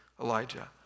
Elijah